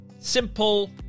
simple